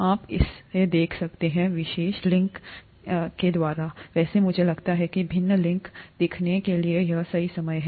आप इसदेख सकते विशेष लिंक को यहाँहैं वैसे मुझे लगता है कि विभिन्न लिंक दिखाने के लिए यह सही समय है